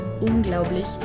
unglaublich